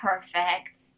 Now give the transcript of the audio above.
perfect